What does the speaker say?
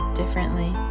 differently